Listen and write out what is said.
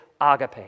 agape